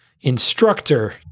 instructor